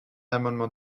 amendement